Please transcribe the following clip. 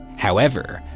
however,